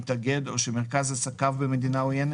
התאגד או שמרכז עסקיו במדינה עוינת,